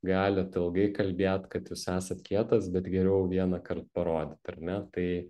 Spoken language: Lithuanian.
galit ilgai kalbėt kad jūs esat kietas bet geriau vienąkart parodyt ar ne tai